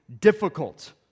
difficult